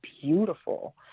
beautiful